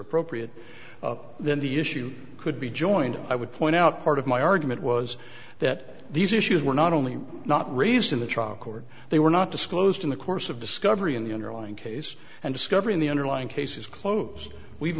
appropriate then the issue could be joined i would point out part of my argument was that these issues were not only not raised in the trial court they were not disclosed in the course of discovery in the underlying case and discovery in the underlying case is closed we've